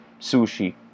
sushi